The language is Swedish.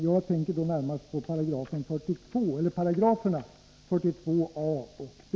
Jag tänker då närmast på 42 §a och b.